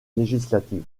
législative